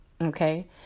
okay